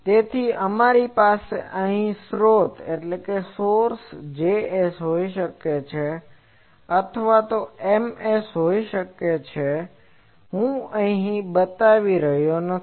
તેથી અમારી પાસે અહીંનાં સ્રોત Js હોઈ શકે છે અથવા તો Ms હોઈ શકે છે જે હું અહીં બતાવી રહ્યો નથી